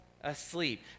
asleep